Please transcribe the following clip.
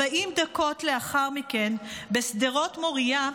40 דקות לאחר מכן, בשדרות מוריה,